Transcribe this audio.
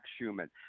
Schumann